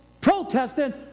protesting